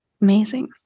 Amazing